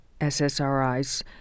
SSRIs